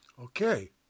Okay